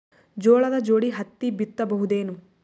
ಜೋಳದ ಜೋಡಿ ಹತ್ತಿ ಬಿತ್ತ ಬಹುದೇನು?